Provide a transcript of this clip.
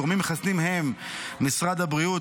גורמים מחסנים הם משרד הבריאות,